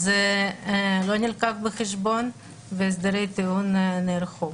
זה לא נלקח בחשבון והסדרי טיעון נערכו.